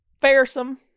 Fearsome